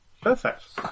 Perfect